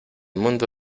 mundo